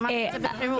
אמרתי את זה בפירוש.